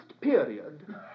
period